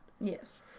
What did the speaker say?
Yes